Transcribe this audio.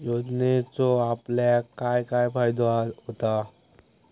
योजनेचो आपल्याक काय काय फायदो होता?